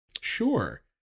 Sure